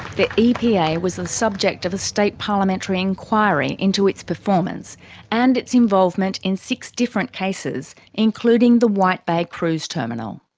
the epa was the subject of a state parliamentary inquiry into its performance and its involvement in six different cases, including the white bay cruise terminal.